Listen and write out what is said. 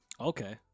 Okay